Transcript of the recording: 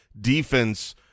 defense